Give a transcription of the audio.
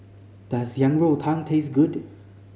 does Yang Rou Tang taste good